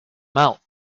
mouth